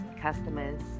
customers